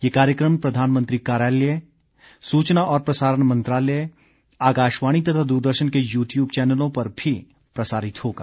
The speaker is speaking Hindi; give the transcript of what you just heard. यह कार्यक्रम प्रधानमंत्री कार्यालय सूचना और प्रसारण मंत्रालय आकाशवाणी तथा दूरदर्शन के यू ट्यूब चैनलों पर भी प्रसारित होगा